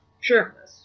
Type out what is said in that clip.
Sure